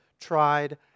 tried